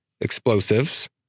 explosives